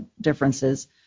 differences